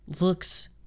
looks